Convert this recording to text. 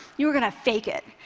you are going to fake it.